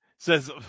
Says